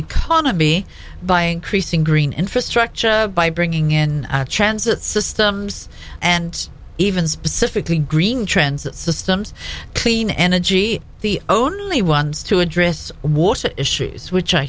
economy by increasing green infrastructure by bringing in transit systems and even specifically green transit systems clean energy the only ones to address water issues which